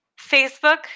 facebook